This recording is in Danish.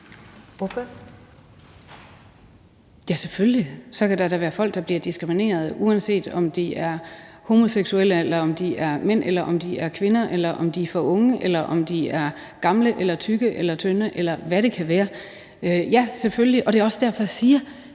(DF): Ja, selvfølgelig kan der da være folk, der bliver diskrimineret, uanset om de er homoseksuelle, eller om de er mænd, eller om de er kvinder, eller om de er for unge, eller om de er gamle eller tykke eller tynde, eller hvad det kan være. Ja, selvfølgelig, og det er også derfor, jeg siger,